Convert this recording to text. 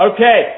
Okay